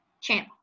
channel